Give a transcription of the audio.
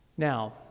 Now